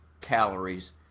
calories